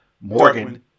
Morgan